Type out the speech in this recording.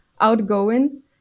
outgoing